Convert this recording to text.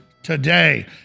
Today